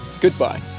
goodbye